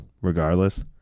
regardless